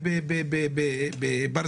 שב"ס